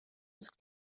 ist